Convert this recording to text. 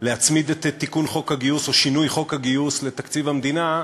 להצמיד את תיקון חוק הגיוס או שינוי חוק הגיוס לתקציב המדינה,